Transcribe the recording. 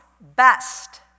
best